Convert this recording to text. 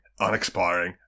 unexpiring